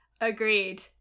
Agreed